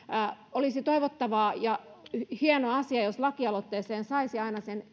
olisi toivottavaa ja hieno asia jos lakialoitteeseen saisi aina sen